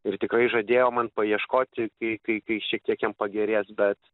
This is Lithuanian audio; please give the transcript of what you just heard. ir tikrai žadėjo man paieškoti kai kai kai šiek tiek jam pagerės bet